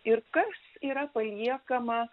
ir kas yra paliekama